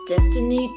Destiny